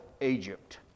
Egypt